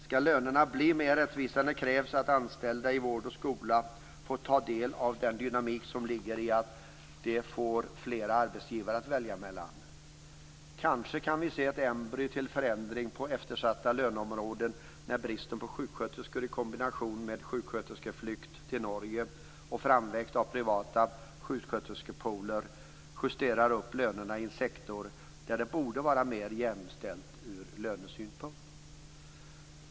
Skall lönerna bli mer rättvisande krävs att anställda i vård och skola får ta del av den dynamik som ligger i att de får flera arbetsgivare att välja mellan. Kanske kan vi se ett embryo till en förändring på eftersatta löneområden när bristen på sjuksköterskor i kombination med sjuksköterskeflykt till Norge och framväxt av privata sjuksköterskepooler justerar upp lönerna i en sektor där det borde vara mera jämställt ur lönesynpunkt.